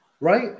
Right